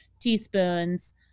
teaspoons